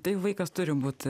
tai vaikas turi būt